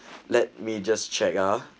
let me just check ah